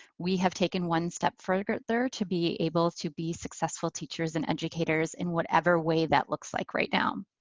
we have taken one step further to be able to be successful teachers and educators in whatever way that looks like right now.